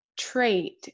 trait